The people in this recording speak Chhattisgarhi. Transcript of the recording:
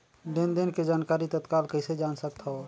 लेन देन के जानकारी तत्काल कइसे जान सकथव?